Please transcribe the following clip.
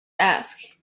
ask